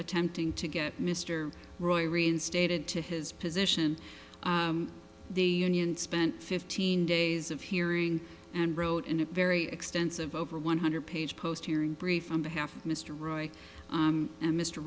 attempting to get mr roy reinstated to his position the union spent fifteen days of hearing and wrote in a very extensive over one hundred page post here in brief on behalf of mr roy